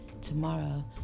Tomorrow